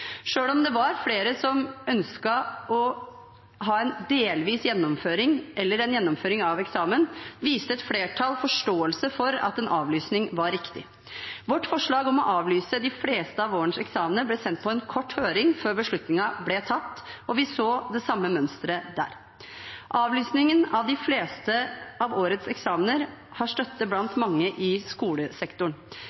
om det var flere som ønsket å ha en delvis eller fullstendig gjennomføring av eksamen, viste et flertall forståelse for at en avlysning var riktig. Vårt forslag om å avlyse de fleste av vårens eksamener ble sendt på en kort høring før beslutningen ble tatt, og vi så det samme mønsteret der. Avlysningen av de fleste av årets eksamener har